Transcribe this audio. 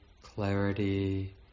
clarity